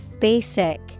Basic